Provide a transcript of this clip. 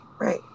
Right